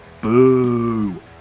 Boo